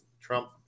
Trump